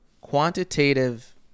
quantitative